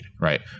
right